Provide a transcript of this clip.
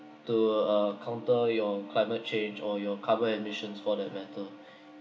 to uh counter your climate change or your carbon emissions for that matter